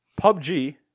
PUBG